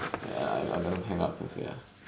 ya ya ya I better hang up first ya